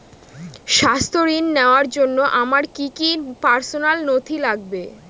স্বাস্থ্য ঋণ নেওয়ার জন্য আমার কি কি পার্সোনাল নথি লাগবে?